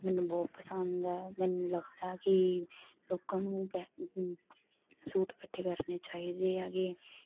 ਮੈਨੂੰ ਬਹੁਤ ਪਸੰਦ ਐ ਮੈਨੂੰ ਲੱਗਦਾ ਕਿ ਲੋਕਾਂ ਨੂੰ ਸੂਟ ਇਕੱਠੇ ਕਰਨੇ ਚਾਹੀਦੇ ਆਗੇ